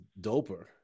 doper